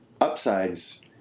upsides